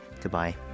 Goodbye